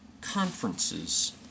Conferences